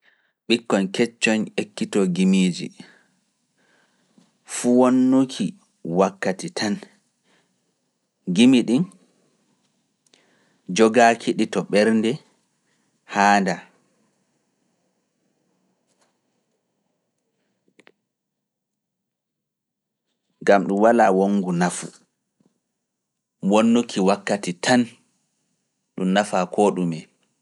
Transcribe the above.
Ɓikkoñ keccoñ ekkitoo gimiiji, fuu wonnuki wakkati tan, gimi ɗin jogaaki ɗi to ɓernde Haanda, ngam ɗum walaa wongu nafu, wonnuki wakkati tan ɗum nafaa koo ɗume.